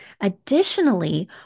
Additionally